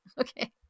okay